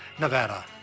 Nevada